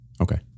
Okay